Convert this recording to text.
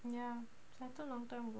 and started long time ago